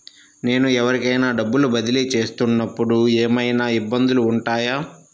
నేను ఎవరికైనా డబ్బులు బదిలీ చేస్తునపుడు ఏమయినా ఇబ్బందులు వుంటాయా?